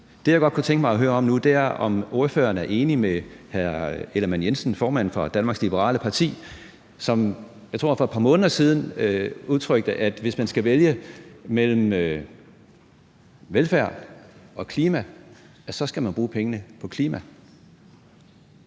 Det, jeg godt kunne tænke mig at høre om nu, er, om ordføreren er enig med hr. Jakob Ellemann-Jensen, formanden for Venstre, Danmarks Liberale Parti, som jeg tror for et par måneder siden udtrykte, at hvis man skal vælge mellem velfærd og klima, skal man bruge pengene på klima.